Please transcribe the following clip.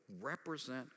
represent